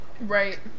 Right